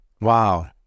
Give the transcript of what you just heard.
Wow